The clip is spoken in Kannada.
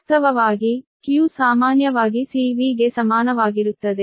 ವಾಸ್ತವವಾಗಿ q ಸಾಮಾನ್ಯವಾಗಿ CV ಗೆ ಸಮಾನವಾಗಿರುತ್ತದೆ